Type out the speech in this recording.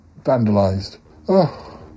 vandalised